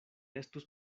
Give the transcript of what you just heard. estus